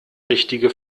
richtige